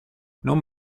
non